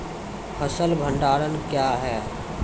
फसल भंडारण क्या हैं?